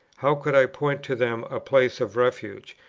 how could i point to them a place of refuge,